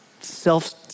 self